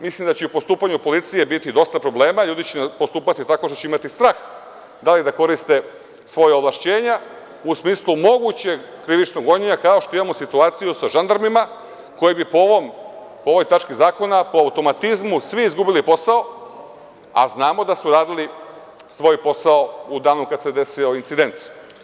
Mislim da će u postupanju policije biti dosta problema, ljudi će postupati tako što će imati strah da li da koriste svoja ovlašćenja u smislu mogućeg krivičnog gonjenja kao što imamo situaciju sa žandarmima koji bi po ovoj tački zakona po automatizmu svi izgubili posao, a znamo da su radili svoj posao u danu kada se desio incident.